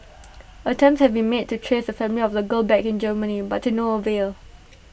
attempts have been made to trace the family of the girl back in Germany but to no avail